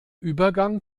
übergang